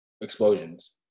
explosions